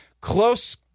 Close